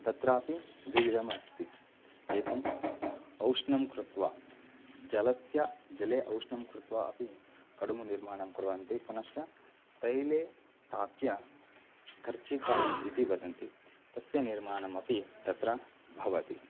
तत्रापि विविधमस्ति एकम् औष्णं कृत्वा जलस्य जले औष्णं कृत्वा अपि कडुबु निर्माणं कुर्वन्ति पुनश्च तैले स्थाप्य कर्चिकायि इति वदन्ति तस्य निर्मानम् अपि तत्र भवति